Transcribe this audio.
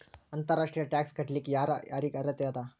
ಅಂತರ್ ರಾಷ್ಟ್ರೇಯ ಟ್ಯಾಕ್ಸ್ ಕಟ್ಲಿಕ್ಕೆ ಯರ್ ಯಾರಿಗ್ ಅರ್ಹತೆ ಅದ?